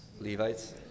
Levites